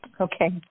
Okay